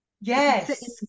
Yes